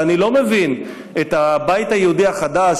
ואני לא מבין את הבית היהודי החדש,